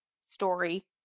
story